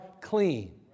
clean